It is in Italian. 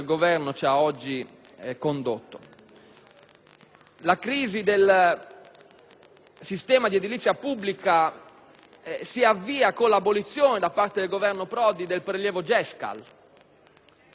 La crisi del sistema di edilizia pubblica si avvia con l'abolizione da parte del Governo Prodi del prelievo GESCAL. Da allora non sono mai state più